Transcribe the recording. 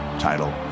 title